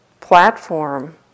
platform